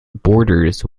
borders